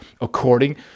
according